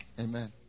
amen